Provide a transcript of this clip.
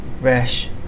rash